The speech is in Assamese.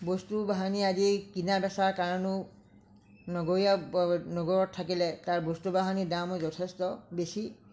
বস্তু বাহানি আদি কিনা বেচাৰ কাৰণেও নগৰীয়া নগৰত থাকিলে তাৰ বস্তু বাহানিৰ দামো যথেষ্ট বেছি